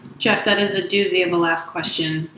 jeff, that is a doozy of a last question.